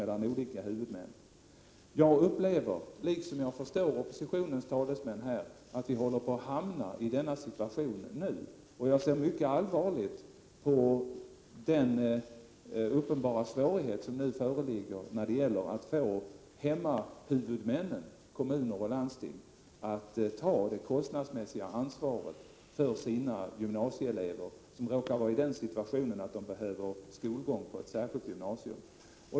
Jag har en känsla av — liksom jag förstår att oppositionens talesmän har — att vi håller på att hamna i den situationen. Jag ser mycket allvarligt på den uppenbara svårigheten att få hemmahuvudmännen, kommuner och landsting, att ta det kostnadsmässiga ansvaret för de av sina gymnasieelever som råkar behöva skolgång på ett särskilt gymnasium.